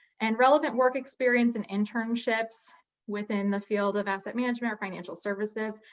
and relevant work experience and internships within the field of asset management or financial services